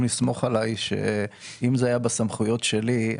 לסמוך עלי שאם זה היה בסמכויות שלי,